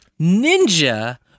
Ninja